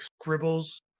Scribbles